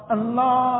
Allah